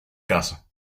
caso